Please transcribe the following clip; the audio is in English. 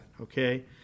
okay